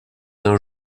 d’un